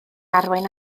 arwain